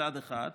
מצד אחד,